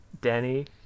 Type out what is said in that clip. Danny